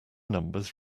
numbers